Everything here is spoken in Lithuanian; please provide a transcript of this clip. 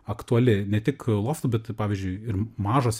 aktuali ne tik loftų bet pavyzdžiui ir mažos